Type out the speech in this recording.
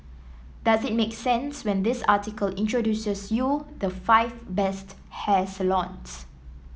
does it make sense when this article introduces you the five best hair salons